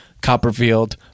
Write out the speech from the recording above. Copperfield